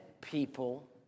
people